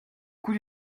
coût